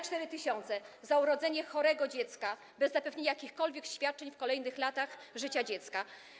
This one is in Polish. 4 tys. zł daniny za urodzenie chorego dziecka bez zapewnienia jakichkolwiek świadczeń w kolejnych latach życia dziecka.